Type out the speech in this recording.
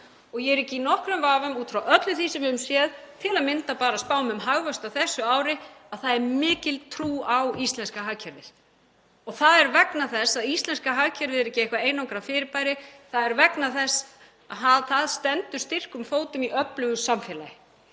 Ég er ekki í nokkrum vafa, út frá öllu því sem við höfum séð, til að mynda bara spám um hagvöxt á þessu ári, að það er mikil trú á íslenska hagkerfið. Það er vegna þess að íslenska hagkerfið er ekki eitthvert einangrað fyrirbæri. Það er vegna þess að það stendur styrkum fótum í öflugu samfélagi,